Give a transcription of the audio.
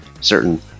certain